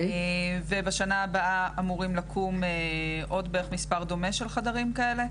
ובשנה הבאה אמורים לקום עוד בערך מספר דומה של חדרים כאלה.